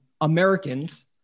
Americans-